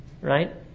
Right